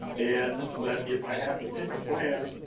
and but if i have to pick a plan,